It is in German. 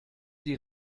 die